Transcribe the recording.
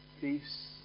Peace